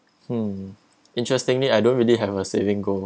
hmm interestingly I don't really have a saving goal